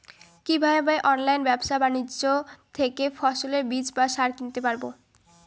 কীভাবে অনলাইন ব্যাবসা বাণিজ্য থেকে ফসলের বীজ বা সার কিনতে পারবো?